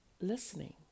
listening